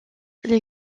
les